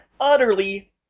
utterly